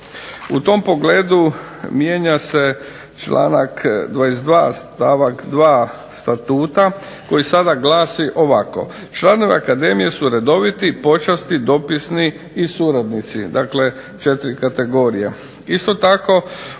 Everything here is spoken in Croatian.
U tom pogledu mijenja se članak 22. stavak 2. Statuta koji sada glasi ovako: "Članovi akademije su redovi, počasni, dopisni i suradnici", dakle 4 kategorije. Isto tako